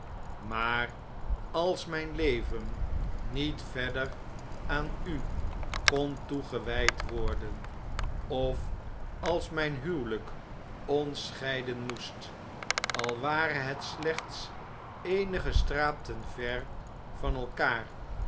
maar als myn leven niet verder aan u kon toegewjjd worden of als mp huwelijk ons scheiden moest al ware het slechts eenige straten ver van elkaar